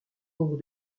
nombre